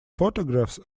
photographs